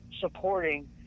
supporting